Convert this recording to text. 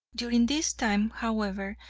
during this time, however,